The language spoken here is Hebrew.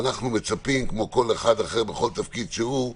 אנחנו מצפים, כמו מכל אחד אחר בכל תפקיד שהוא,